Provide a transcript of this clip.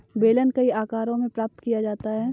बेलन कई आकारों में प्राप्त किया जाता है